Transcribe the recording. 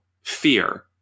fear